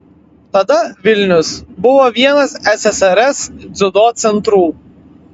tada vilnius buvo vienas ssrs dziudo centrų